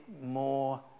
more